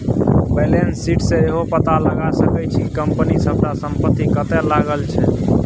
balance sheet सँ इहो पता लगा सकै छी कि कंपनी सबटा संपत्ति कतय लागल छै